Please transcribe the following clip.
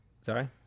sorry